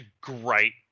great